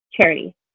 charity